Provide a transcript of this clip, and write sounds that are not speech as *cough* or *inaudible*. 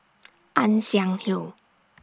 *noise* Ann Siang Hill